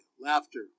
laughter